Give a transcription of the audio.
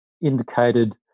indicated